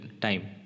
time